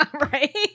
Right